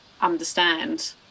understand